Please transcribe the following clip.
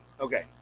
Okay